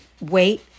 wait